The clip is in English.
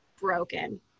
broken